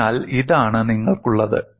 അതിനാൽ ഇതാണ് നിങ്ങൾക്കുള്ളത്